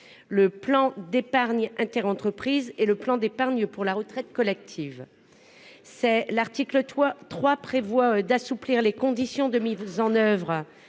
plan d'épargne interentreprises ou d'un plan d'épargne pour la retraite collective. L'article 3 prévoit d'assouplir les conditions de mise en oeuvre